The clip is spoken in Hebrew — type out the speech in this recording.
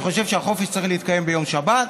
ואני חושב שהחופש צריך להתקיים ביום שבת.